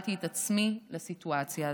הובלתי את עצמי לסיטואציה הזאת.